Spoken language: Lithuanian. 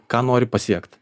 ką nori pasiekt